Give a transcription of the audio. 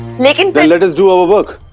like and let us do our work.